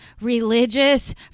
religious